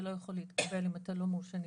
אתה לא יכול להתקבל לעבודה אם אתה לא מורשה נגישות.